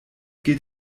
geht